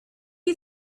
you